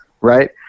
right